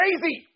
Crazy